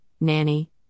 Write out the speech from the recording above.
Nanny